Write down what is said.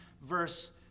verse